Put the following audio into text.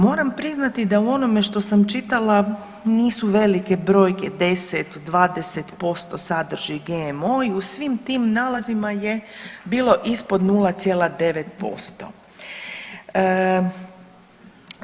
Moram priznati da u onome što sam čitala nisu velike brojke 10, 20% sadrži GMO i u svim tim nalazima je bilo ispod 0,9%